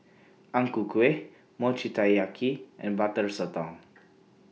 Ang Ku Kueh Mochi Taiyaki and Butter Sotong